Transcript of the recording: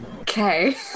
Okay